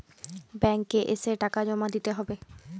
Bank এ এসে টাকা জমা দিতে হবে?